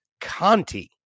Conti